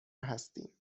هستیم